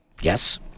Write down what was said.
Yes